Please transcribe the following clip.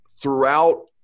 throughout